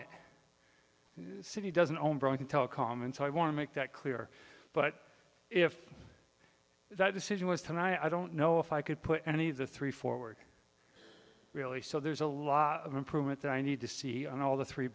it citi doesn't own broken telecom and so i want to make that clear but if that decision was ten i don't know if i could put any of the three forward really so there's a lot of improvement that i need to see and all the three